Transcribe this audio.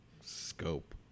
scope